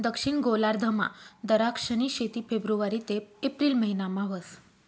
दक्षिण गोलार्धमा दराक्षनी शेती फेब्रुवारी ते एप्रिल महिनामा व्हस